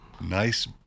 Nice